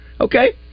okay